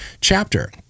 chapter